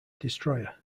destroyer